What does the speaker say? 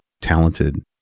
talented